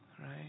right